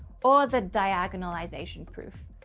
or the diagonalization proof,